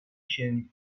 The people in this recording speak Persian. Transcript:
شیرینی